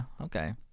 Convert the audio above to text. Okay